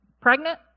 pregnant